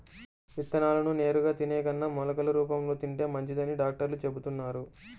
విత్తనాలను నేరుగా తినే కన్నా మొలకలు రూపంలో తింటే మంచిదని డాక్టర్లు చెబుతున్నారు